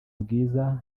bwiza